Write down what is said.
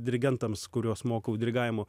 dirigentams kuriuos mokau dirigavimo